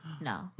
No